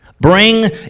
Bring